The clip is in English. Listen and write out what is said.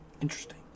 Interesting